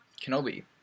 kenobi